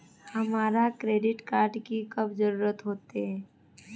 हमरा credit card की कब जरूरत होते?